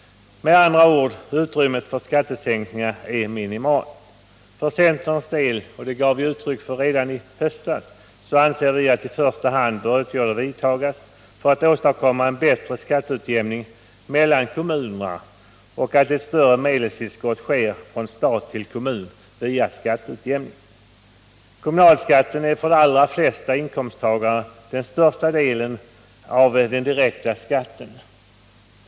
Med andra ord: utrymmet för skattesänkningar är minimalt. För centerns del — och det gav vi uttryck för redan i höstas — anser vi att i första hand åtgärder bör vidtagas för att åstadkomma en bättre skatteutjämning mellan kommunerna och att ett större medelstillskott bör ges från stat till kommun via skatteutjämningen. Kommunalskatten är för de allra flesta inkomsttagarna den största delen av den direkta skatten.